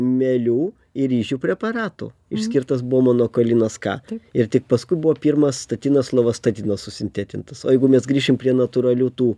mielių ir ryžių preparatų išskirtas buvo manokalinas k ir tik paskui buvo pirmas statinas lovastatinas susintetintas o jeigu mes grįšim prie natūralių tų